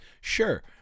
Sure